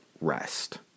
rest